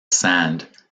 sand